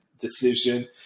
decision